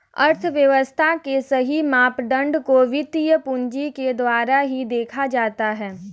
अर्थव्यव्स्था के सही मापदंड को वित्तीय पूंजी के द्वारा ही देखा जाता है